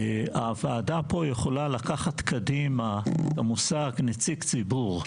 הוועדה פה יכולה לקחת קדימה את המושג "נציג ציבור",